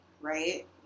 right